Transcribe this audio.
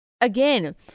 again